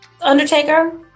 Undertaker